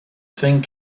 thing